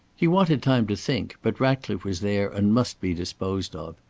he wanted time to think, but ratcliffe was there and must be disposed of.